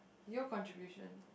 your contribution